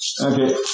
Okay